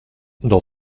dans